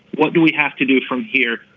what do we have to do from here?